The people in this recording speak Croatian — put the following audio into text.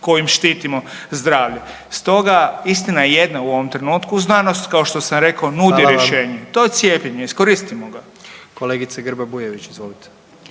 kojim štitimo zdravlje. Stoga, istina je jedna u ovom trenutku, znanost kao što sam rekao …/Upadica predsjednik: Hvala vam./… nudi rješenje, to je cijepljenje, iskoristimo ga. **Jandroković, Gordan